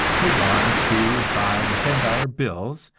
the one and two and five and ten dollar bills,